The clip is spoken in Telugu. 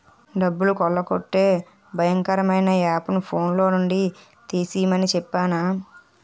డబ్బులు కొల్లగొట్టే భయంకరమైన యాపుని ఫోన్లో నుండి తీసిమని చెప్పేనా